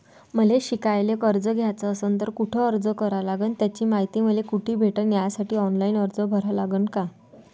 मले शिकायले कर्ज घ्याच असन तर कुठ अर्ज करा लागन त्याची मायती मले कुठी भेटन त्यासाठी ऑनलाईन अर्ज करा लागन का?